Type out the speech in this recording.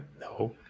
No